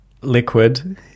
liquid